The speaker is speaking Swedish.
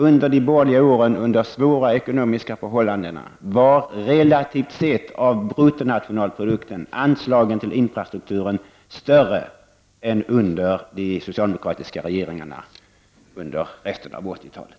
Under de borgerliga åren med svåra ekonomiska förhållanden var anslagen till infrastrukturen i förhållande till bruttonationalprodukten större än under de socialdemokratiska regeringsåren under resten av 80-talet.